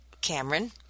Cameron